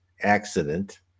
accident